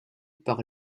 par